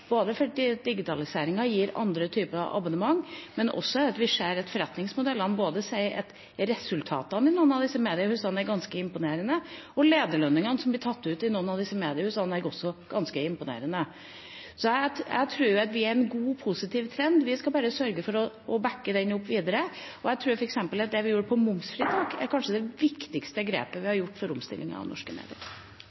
fordi digitaliseringen gir andre typer abonnement, men vi ser også at forretningsmodellene både sier at resultatene i noen av disse mediehusene er ganske imponerende, og lederlønningene som blir tatt ut i noen av disse mediehusene, er også ganske imponerende. Så jeg tror at vi er i en god, positiv trend, og vi skal bare sørge for å backe opp den videre. Jeg tror at f.eks. det vi gjorde på momsfritak, kanskje er det viktigste grepet vi